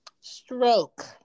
stroke